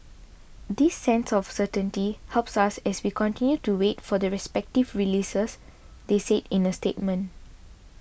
this sense of certainty helps us as we continue to wait for the respective releases they said in a statement